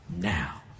now